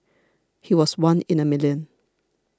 he was one in a million